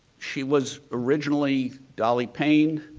she was originally dolley payne.